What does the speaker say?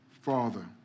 Father